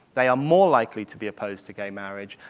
they are more likely to be opposed to gay marriage,